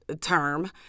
term